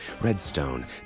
Redstone